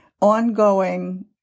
ongoing